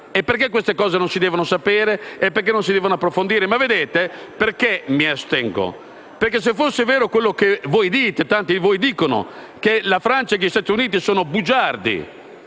Perché queste cose non si devono sapere? Perché non si devono approfondire? Vedete, perché mi astengo? Perché, se fosse vero quello che tanti di voi dicono, che la Francia e gli Stati Uniti sono bugiardi